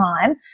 time